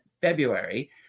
February